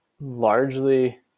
largely